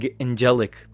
angelic